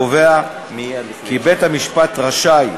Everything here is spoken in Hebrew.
קובע כי בית-המשפט רשאי,